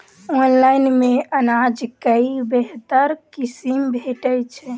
Online मे अनाज केँ बेहतर किसिम भेटय छै?